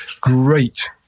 great